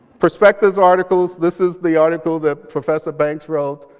perspectives article. this is the article that professor banks wrote,